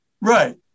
Right